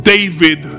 David